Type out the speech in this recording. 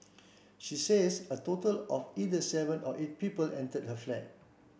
she says a total of either seven or eight people entered her flat